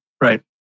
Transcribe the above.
Right